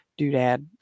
doodad